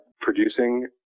producing